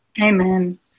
Amen